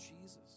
Jesus